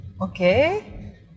okay